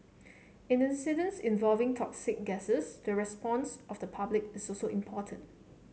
in the incidents involving toxic gases the response of the public is also important